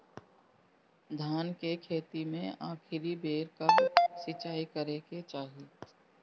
धान के खेती मे आखिरी बेर कब सिचाई करे के चाही?